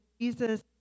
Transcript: Jesus